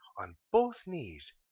on both knees,